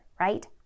right